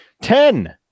Ten